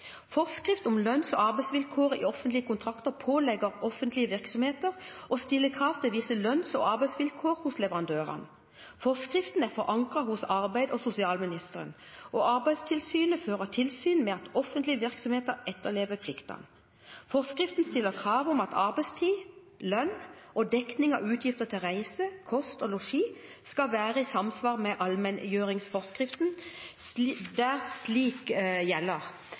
Forskrift om lønns- og arbeidsvilkår i offentlige kontrakter pålegger offentlige virksomheter å stille krav til visse lønns- og arbeidsvilkår hos leverandørene. Forskriften er forankret hos arbeids- og sosialministeren. Arbeidstilsynet fører tilsyn med at offentlige virksomheter etterlever pliktene. Forskriften stiller krav om at arbeidstid, lønn og dekning av utgifter til reise, kost og losji skal være i samsvar med allmenngjøringsforskriften, der den gjelder. Der allmenngjøringsforskriften ikke gjelder,